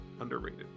underrated